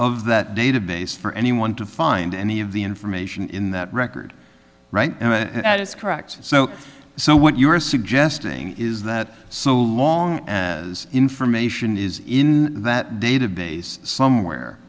of that database for anyone to find any of the information in that record at it's correct so so what you're suggesting is that so long as information is in that database somewhere